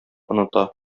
оныта